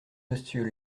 monsieur